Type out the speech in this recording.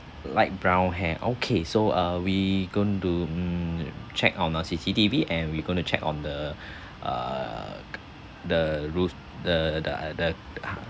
light brown hair okay so uh we going to mm check on our C_C_T_V and we're going to check on the err the rules the the the